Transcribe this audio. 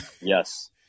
Yes